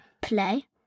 Play